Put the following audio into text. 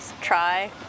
Try